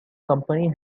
company